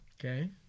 Okay